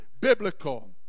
biblical